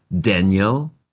Daniel